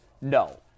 no